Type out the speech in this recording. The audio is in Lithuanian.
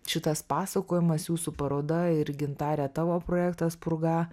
šitas pasakojimas jūsų paroda ir gintare tavo projektas purga